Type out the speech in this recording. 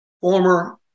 former